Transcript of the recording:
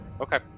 okay